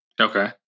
Okay